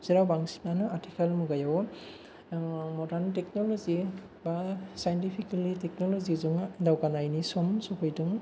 जेराव बांसिनानो आथिखालनि मुगायाव मदार्न थेखन'लजि बा साइनथिफिखेलि थेखन'लजि जों दावगानायनि सम सफैदों